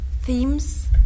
themes